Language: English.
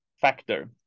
factor